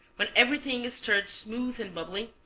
when everything is stirred smooth and bubbling,